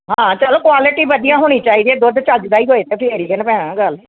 ਹਾਂ ਚਲੋ ਕੁਆਲਟੀ ਵਧੀਆ ਹੋਣੀ ਚਾਹੀਦੀ ਹੈ ਦੁੱਧ ਚੱਜ ਦਾ ਹੀ ਹੋਏ ਤਾਂ ਫੇਰ ਹੀ ਹੈ ਨਾ ਭੈਣ ਗੱਲ